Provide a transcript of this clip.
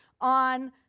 on